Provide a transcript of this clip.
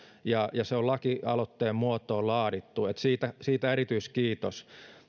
ja se on lakialoitteen muotoon laadittu siitä siitä erityiskiitos